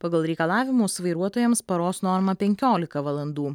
pagal reikalavimus vairuotojams paros norma penkiolika valandų